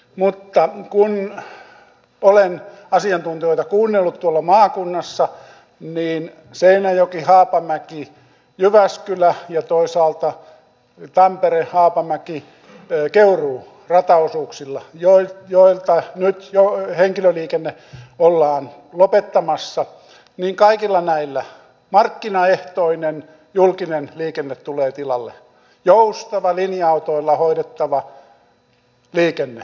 mutta kun olen asiantuntijoita kuunnellut tuolla maakunnassa niin seinäjokihaapamäkijyväskylä ja toisaalta tamperehaapamäkikeuruu rataosuuksilla joilta nyt henkilöliikenne ollaan lopettamassa kaikilla näillä markkinaehtoinen julkinen liikenne tulee tilalle joustava linja autoilla hoidettava liikenne